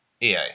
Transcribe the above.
EA